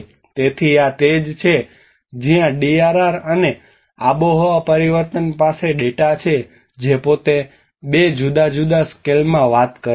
તેથી આ તે જ છે જ્યાં ડીઆરઆર અને આબોહવા પરિવર્તન પાસે ડેટા છે જે પોતે 2 જુદા જુદા સ્કેલમાં વાત કરે છે